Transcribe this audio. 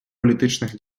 політичних